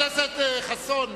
חבר הכנסת חסון,